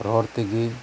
ᱨᱚᱲ ᱛᱮᱜᱮ